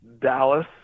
Dallas